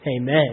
Amen